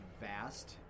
vast